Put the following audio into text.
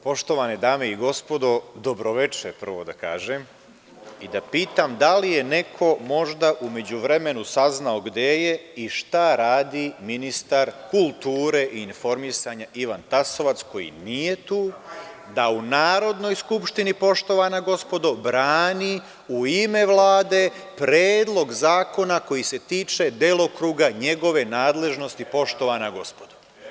Poštovane dame i gospodo, dobro veče, prvo da kažem, i da pitam da li je neko možda u međuvremenu saznao gde je i šta radi ministar kulture i informisanja Ivan Tasovac, koji nije tu da u Narodnoj skupštini, poštovana gospodo, brani u ime Vlade predlog zakona koji se tiče delokruga njegove nadležnosti, poštovana gospodo.